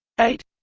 eight